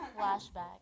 Flashback